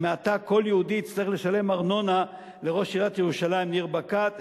שמעתה כל יהודי יצטרך לשלם ארנונה לראש עיריית ירושלים ניר ברקת,